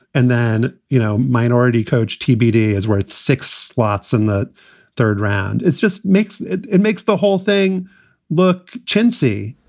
and then, you know, minority coach tbd is where six slots in the third round it's just makes it it makes the whole thing look chintzy